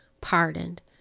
pardoned